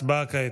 הצבעה כעת,